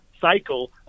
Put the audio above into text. cycle